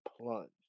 Plunge